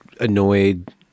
annoyed